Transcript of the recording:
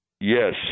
Yes